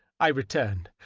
i returned,